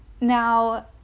Now